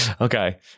okay